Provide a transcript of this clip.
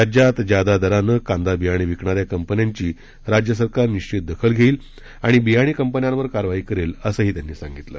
राज्यात ज्यादा दरानं कांदा बियाणे विकणाऱ्या कंपन्यांची राज्य सरकार निश्वित दखल घेईल आणि बियाणे कंपन्यांवर कारवाई करेल असंही त्यांनी सांगितलं